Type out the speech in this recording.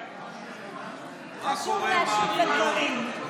מה קורה עם הערבויות?